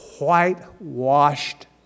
whitewashed